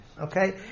Okay